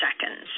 seconds